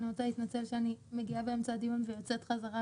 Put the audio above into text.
אני רוצה להתנצל שאני מגיעה באמצע הדיון ויוצאת חזרה,